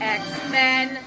x-men